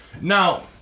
Now